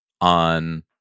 on